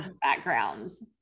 backgrounds